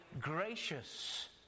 gracious